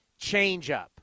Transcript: changeup